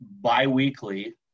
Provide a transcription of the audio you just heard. bi-weekly